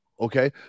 Okay